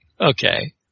Okay